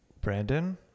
Brandon